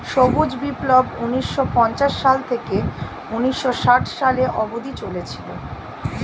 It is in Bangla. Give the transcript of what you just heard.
সবুজ বিপ্লব ঊন্নিশো পঞ্চাশ সাল থেকে ঊন্নিশো ষাট সালে অব্দি চলেছিল